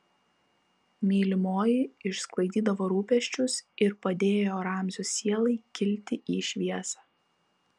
mylimoji išsklaidydavo rūpesčius ir padėjo ramzio sielai kilti į šviesą